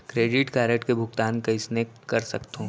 Credit card के भुगतान कइसने कर सकथो?